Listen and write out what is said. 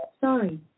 Sorry